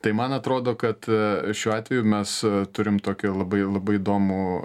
tai man atrodo kad šiuo atveju mes turim tokį labai labai įdomų